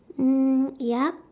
mm yup